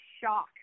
shock